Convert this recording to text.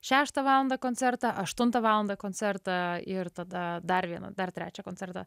šeštą valandą koncertą aštuntą valandą koncertą ir tada dar vieną dar trečią koncertą